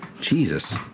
Jesus